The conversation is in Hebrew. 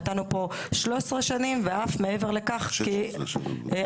כאן נתנו 13 שנים ואף מעבר לכך כי אמרנו